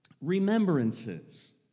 remembrances